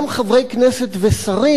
גם חברי כנסת ושרים,